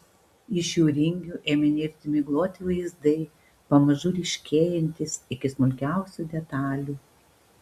iš jų ringių ėmė nirti migloti vaizdai pamažu ryškėjantys iki smulkiausių detalių